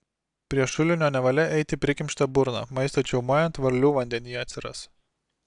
prie šulinio nevalia eiti prikimšta burna maistą čiaumojant varlių vandenyje atsiras